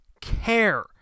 care